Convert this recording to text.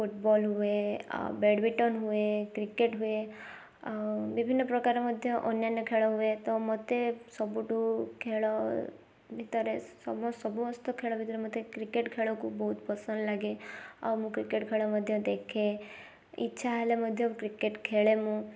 football ହୁଏ ଆଉ badminton ହୁଏ କ୍ରିକେଟ୍ ହୁଏ ଆଉ ବିଭିନ୍ନ ପ୍ରକାର ମଧ୍ୟ ଅନ୍ୟାନ୍ୟ ଖେଳ ହୁଏ ତ ମୋତେ ସବୁଠୁ ଖେଳ ଭିତରେ ସମସ୍ତ ଖେଳ ଭିତରୁ ମୋତେ କ୍ରିକେଟ୍ ଖେଳକୁ ବହୁତ ପସନ୍ଦ ଲାଗେ ଆଉ ମୁଁ କ୍ରିକେଟ୍ ଖେଳ ମଧ୍ୟ ଦେଖେ ଇଚ୍ଛା ହେଲେ ମଧ୍ୟ କ୍ରିକେଟ୍ ଖେଳେ ମୁଁ